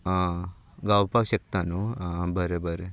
आ गावपा शकता न्हू आ बरें बरें बाय